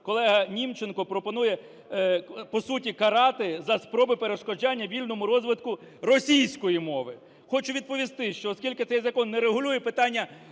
колега Німченко пропонує по суті карати за спроби перешкоджання вільному розвитку російської мови. Хочу відповісти, що оскільки цей закон не регулює питання